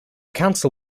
council